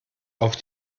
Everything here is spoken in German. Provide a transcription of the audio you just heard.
auf